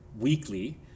weekly